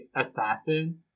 assassin